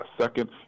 second